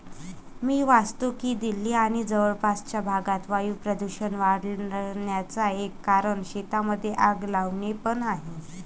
मी वाचतो की दिल्ली आणि जवळपासच्या भागात वायू प्रदूषण वाढन्याचा एक कारण शेतांमध्ये आग लावणे पण आहे